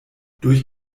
durch